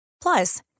Plus